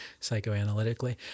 psychoanalytically